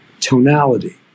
tonality